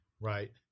Right